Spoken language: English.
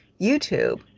YouTube